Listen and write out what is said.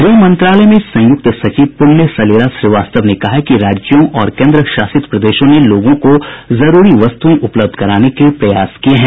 गृह मंत्रालय में संयुक्त सचिव पुण्य सलिला श्रीवास्तव ने कहा कि राज्यों और केन्द्रशासित प्रदेशों ने लोगों को जरूरी वस्तुएं उपलब्ध कराने के प्रयास किये हैं